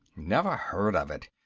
never heard of it,